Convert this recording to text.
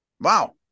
Wow